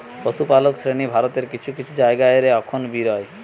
পশুপালক শ্রেণী ভারতের কিছু কিছু জায়গা রে অখন বি রয়